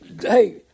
hey